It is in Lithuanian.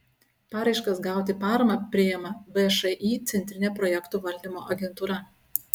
paraiškas gauti paramą priima všį centrinė projektų valdymo agentūra